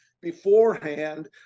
beforehand